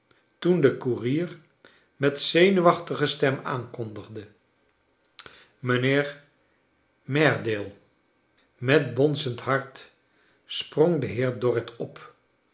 toen de koerier met zenuwachtige stem aankondigde mijnheer mairdale met bonzend hart sprong de heer dorrit op